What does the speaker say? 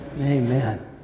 Amen